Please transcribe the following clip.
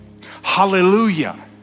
Hallelujah